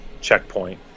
checkpoint